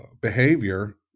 behavior